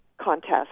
contest